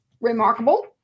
Remarkable